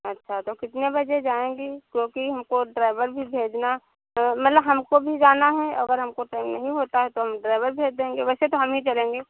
अच्छा तो कितने बजे जाएंगी क्योंकि हमको ड्राइवर भी भेजना मतलब हमको भी जाना है अगर हमको टाइम नहीं होता है तो हम ड्राइवर भेज देंगे वैसे तो हम ही चलेंगे